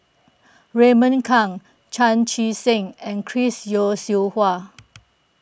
Raymond Kang Chan Chee Seng and Chris Yeo Siew Hua